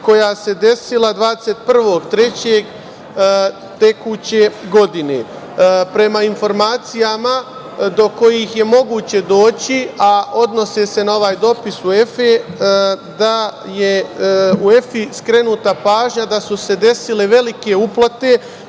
koja se desila 21. marta tekuće godine. Prema informacijama do kojih je moguće doći, a odnose se na ovaj dopis UEFA, da je UEFA skrenuta pažnja da su se desile velike uplate